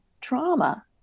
trauma